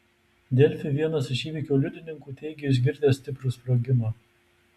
delfi vienas iš įvykio liudininkų teigė išgirdęs stiprų sprogimą